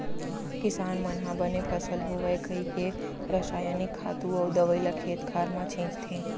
किसान मन ह बने फसल होवय कइके रसायनिक खातू अउ दवइ ल खेत खार म छींचथे